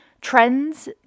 trends